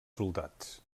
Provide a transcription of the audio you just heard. soldats